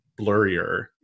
blurrier